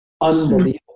unbelievable